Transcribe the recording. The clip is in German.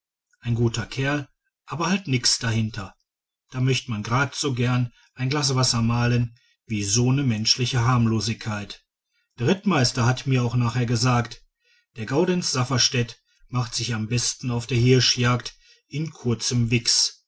ein guter kerl aber halt nix dahinter da möcht man gerad so gern ein glas wasser malen wie so ne menschliche harmlosigkeit der rittmeister hat mir auch nachher gesagt der gaudenz safferstätt macht sich am besten auf der hirschjagd in kurzem wichs